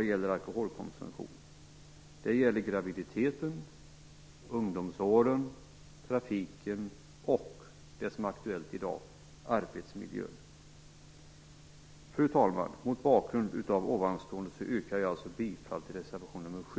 det gäller alkoholkonsumtion. De gäller graviditeten, ungdomsåren, trafiken och det som är aktuellt i dag, arbetsmiljön. Fru talman! Mot bakgrund av detta yrkar jag bifall till reservation nr 7.